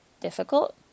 difficult